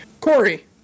Corey